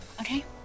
okay